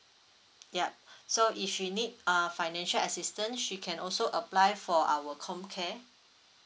yup so if she need uh financial assistance she can also apply for our comm care